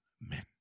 men